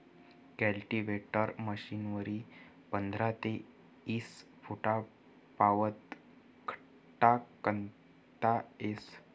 cultivator मशीनवरी पंधरा ते ईस फुटपावत खड्डा खणता येस